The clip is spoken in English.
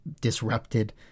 disrupted